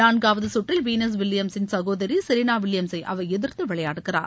நான்காவது கற்றில் வீனஸ் வில்லியம்சின் சகோதரி செரினா வில்லியம்சை அவர் எதிர்த்து விளையாடுகிறார்